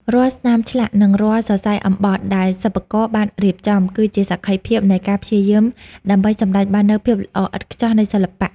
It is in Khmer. រាល់ស្នាមឆ្លាក់ និងរាល់សរសៃអំបោះដែលសិប្បករបានរៀបចំ គឺជាសក្ខីភាពនៃការព្យាយាមដើម្បីសម្រេចបាននូវភាពល្អឥតខ្ចោះនៃសិល្បៈ។